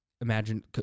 imagine